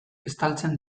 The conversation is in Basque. estaltzen